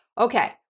okay